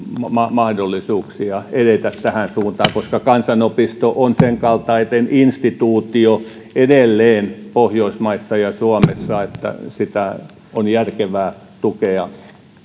mahdollisuuksia edetä tähän suuntaan koska kansanopisto on senkaltainen instituutio edelleen pohjoismaissa ja suomessa että sitä on järkevää tukea